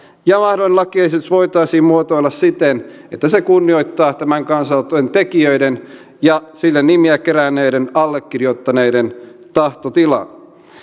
ja lakiesitys voitaisiin muotoilla siten että se kunnioittaa tämän kansalaisaloitteiden tekijöiden ja sille nimiä keränneiden allekirjoittaneiden tahtotilaa